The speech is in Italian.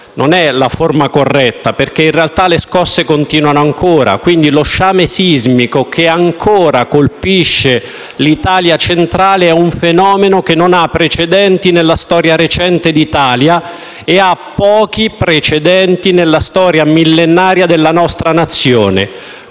non è la forma corretta, perché in realtà le scosse continuano ancora. Lo sciame sismico che ancora colpisce l'Italia centrale è un fenomeno che non ha precedenti nella storia recente dell'Italia e ha pochi precedenti nella storia millenaria della nostra nazione.